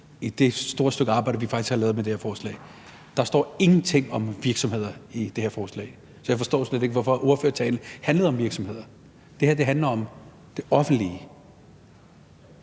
i det store stykke arbejde, vi faktisk har lavet med det her forslag. Der står ingenting om virksomheder i det her forslag. Så jeg forstår slet ikke, hvorfor ordførertalen handlede om virksomheder. Det her handler om det offentlige.